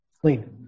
clean